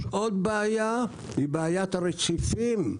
יש עוד בעיה בעיית הרציפים.